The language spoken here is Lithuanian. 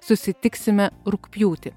susitiksime rugpjūtį